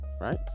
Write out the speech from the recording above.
right